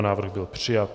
Návrh byl přijat.